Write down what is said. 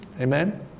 amen